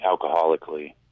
alcoholically